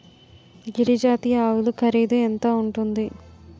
గిరి జాతి ఆవులు ఖరీదు ఎంత ఉంటుంది?